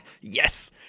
Yes